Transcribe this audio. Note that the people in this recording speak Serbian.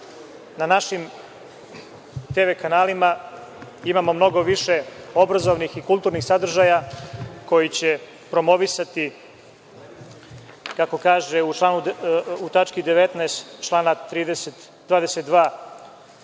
na našim TV kanalima imamo mnogo više obrazovnih i kulturnih sadržaja koji će promovisati, kako se kaže u tački 19) člana 22.